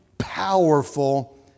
powerful